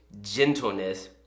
gentleness